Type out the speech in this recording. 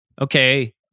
Okay